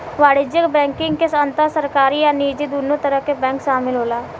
वाणिज्यक बैंकिंग के अंदर सरकारी आ निजी दुनो तरह के बैंक शामिल होला